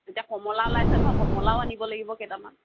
এতিয়া কমলা ওলাইছে নহয় কমলাও আনিব লাগিব কেইটামান